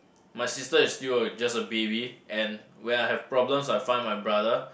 my sister is still a just a baby and when I have problems I find my brother